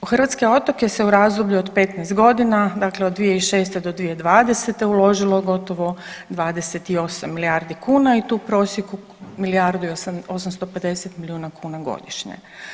U hrvatske otoke se u razdoblju od 15.g., dakle od 2006. do 2020. uložilo gotovo 28 milijardi kuna i to u prosjeku milijardu i 850 milijuna kuna godišnje.